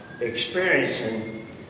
experiencing